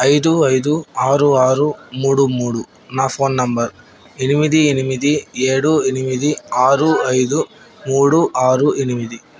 ఐదు ఐదు ఆరు ఆరు మూడు మూడు నా ఫోన్ నెంబర్ ఎనిమిది ఎనిమిది ఏడు ఎనిమిది ఆరు ఐదు మూడు ఆరు ఎనిమిది